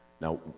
Now